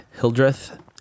hildreth